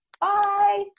bye